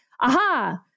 aha